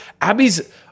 Abby's